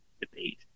debate